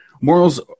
morals